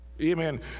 Amen